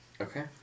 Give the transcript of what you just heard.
Okay